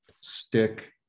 stick